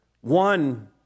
One